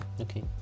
okay